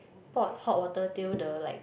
poured hot water till the like